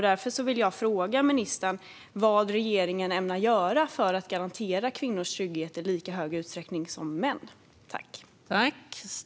Därför vill jag fråga ministern vad regeringen ämnar göra för att garantera kvinnors trygghet i lika hög utsträckning som mäns.